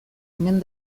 omen